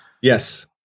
Yes